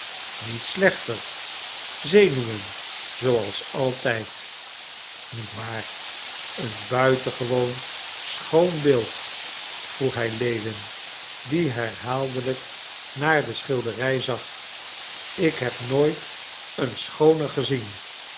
niet slechter zenuwen zooals altijd niet waar een buitengewoon schoon beeld vroeg hij lewin die herhaaldelijk naar de schilderij zag ik heb nooit een schooner gezien